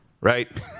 Right